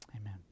Amen